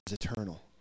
eternal